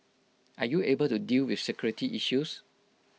are you able to deal with security issues